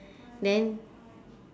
then